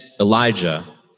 Elijah